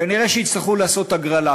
כנראה שיצטרכו לעשות הגרלה,